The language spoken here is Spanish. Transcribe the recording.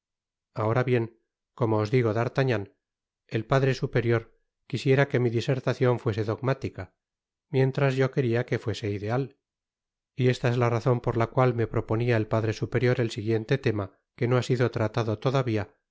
ahora bien como os digo d'artagnan el padre superior quisiera que mi disertacion fuese dogmática mientras que yo quería que fuese ideal y esta es la razon por la cnal me proponía el padre superior el siguiente tema que no ha sido tratado todavía